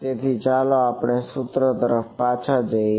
તેથી ચાલો આપણા સૂત્ર તરફ પાછા જઈએ